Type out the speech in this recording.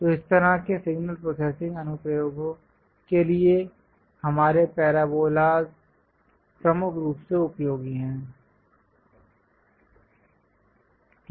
तो इस तरह के सिग्नल प्रोसेसिंग अनुप्रयोगों के लिए हमारे पैराबोलास प्रमुख रूप से उपयोगी हैं